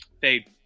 Fade